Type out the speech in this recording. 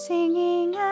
Singing